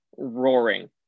roaring